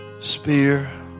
Spear